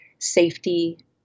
safety